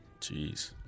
Jeez